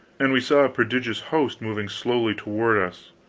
and we saw a prodigious host moving slowly toward us,